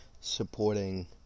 supporting